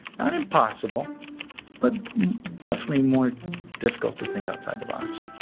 not impossible but definitely more difficult to think outside the box.